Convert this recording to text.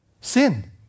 Sin